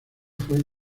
fue